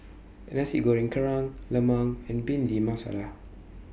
Nasi Goreng Kerang Lemang and Bhindi Masala